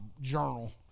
journal